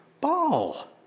ball